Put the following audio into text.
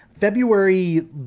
February